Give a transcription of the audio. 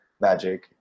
magic